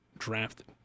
drafted